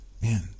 man